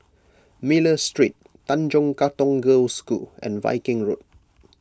Miller Street Tanjong Katong Girls' School and Viking Road